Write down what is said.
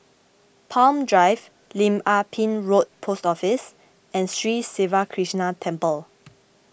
Palm Drive Lim Ah Pin Road Post Office and Sri Siva Krishna Temple